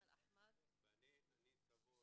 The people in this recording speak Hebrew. אני סבור